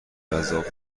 جذاب